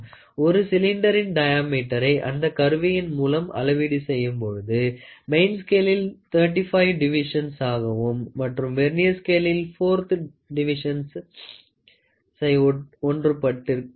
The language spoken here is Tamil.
ஒரு சிலிண்டரின் டயாமீட்டரை அந்த கருவியின் மூலம் அளவீடு செய்யும்பொழுது மெயின் ஸ்கேளில் 35 டிவிஷன்சாவும் மற்றும் வெர்னியர் ஸ்கேளில் 4 வது டிவிஷன்சை ஒன்றுபட்டு இருக்கும்